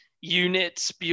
units